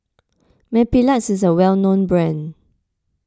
Mepilex is a well known brand